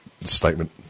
statement